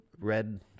red